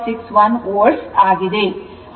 61 volt ಆಗಿದೆ